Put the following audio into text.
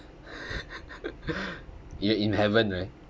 you are in heaven right